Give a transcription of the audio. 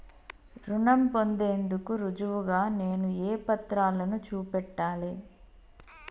రుణం పొందేందుకు రుజువుగా నేను ఏ పత్రాలను చూపెట్టాలె?